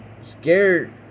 scared